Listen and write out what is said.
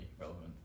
relevant